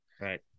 Right